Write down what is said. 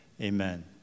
amen